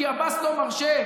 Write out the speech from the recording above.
כי עבאס לא מרשה,